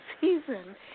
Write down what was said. season